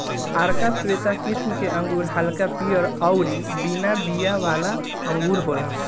आरका श्वेता किस्म के अंगूर हल्का पियर अउरी बिना बिया वाला अंगूर होला